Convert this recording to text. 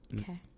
Okay